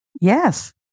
yes